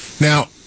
Now